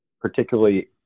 particularly